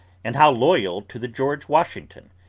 and how loyal to the george washington,